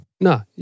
No